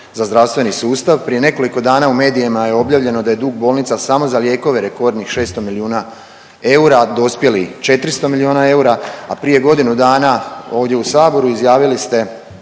za zdravstveni sustav. Prije nekoliko dana u medijima je objavljeno da je dug bolnica samo za lijekove rekordnih 600 milijuna eura dospjelih 400 milijuna eura, a prije godinu dana ovdje u Saboru izjavili ste